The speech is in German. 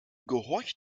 gehorcht